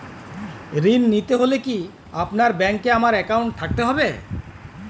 ঋণ নিতে হলে কি আপনার ব্যাংক এ আমার অ্যাকাউন্ট থাকতে হবে?